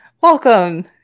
Welcome